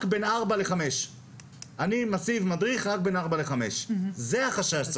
בין 16:00 ל 17:00. יציבו מדריך רק בין 16:00 ל-17:00 זה החשש.